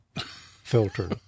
filter